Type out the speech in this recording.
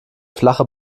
flache